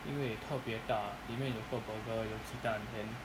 因为特别大里面有个 burger 有鸡蛋 then